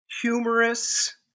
humorous